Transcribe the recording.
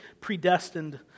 predestined